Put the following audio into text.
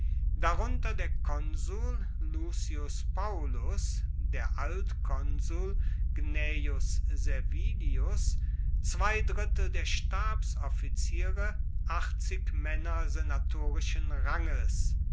darunter der konsul lucius paullus der altkonsul gnaeus servilius zwei drittel der stabsoffiziere achtzig maenner senatorischen ranges